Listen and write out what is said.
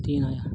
ᱛᱤᱱ ᱦᱟᱡᱟᱨ